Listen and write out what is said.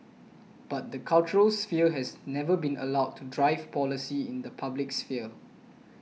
but the cultural sphere has never been allowed to drive policy in the public sphere